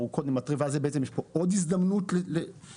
אז בעצם יש פה עוד הזדמנות לתקן.